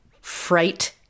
fright